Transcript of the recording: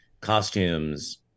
costumes